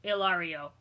Ilario